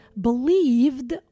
believed